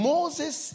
Moses